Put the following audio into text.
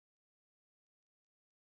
mine not white